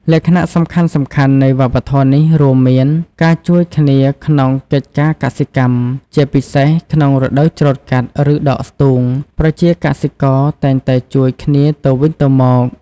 លក្ខណៈសំខាន់ៗនៃវប្បធម៌នេះរួមមានការជួយគ្នាក្នុងកិច្ចការកសិកម្ម: ជាពិសេសក្នុងរដូវច្រូតកាត់ ឬដកស្ទូង ប្រជាកសិករតែងតែជួយគ្នាទៅវិញទៅមក។